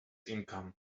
income